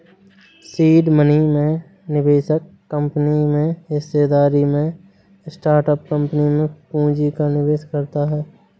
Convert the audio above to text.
seed money में निवेशक कंपनी में हिस्सेदारी में स्टार्टअप कंपनी में पूंजी का निवेश करता है